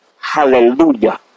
Hallelujah